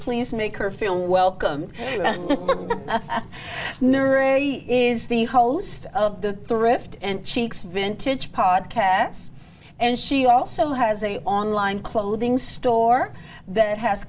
please make her feel welcome near a is the host of the thrift and cheeks vintage podcasts and she also has a online clothing store that has